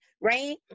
right